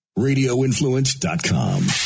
Radioinfluence.com